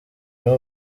nabo